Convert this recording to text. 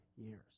years